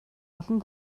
олон